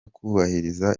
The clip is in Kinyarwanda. kubahiriza